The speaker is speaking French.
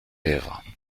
lèvres